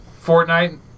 Fortnite